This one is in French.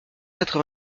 quatre